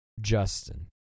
Justin